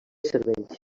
cervells